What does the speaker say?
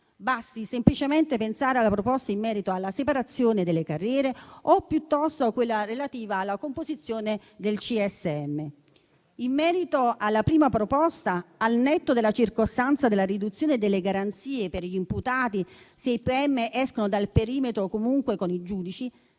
Basti semplicemente pensare alla proposta in merito alla separazione delle carriere o piuttosto a quella relativa alla composizione del CSM. In merito alla prima proposta, al netto della circostanza della riduzione delle garanzie per gli imputati, se i pm escono dal perimetro comune con i giudici,